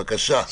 בבקשה.